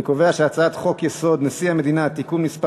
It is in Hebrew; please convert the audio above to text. אני קובע שהצעת חוק-יסוד: נשיא המדינה (תיקון מס'